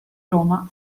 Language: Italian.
roma